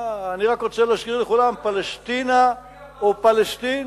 אני רק רוצה להזכיר לכולם שפלשתינה או פלסטין,